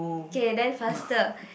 K then faster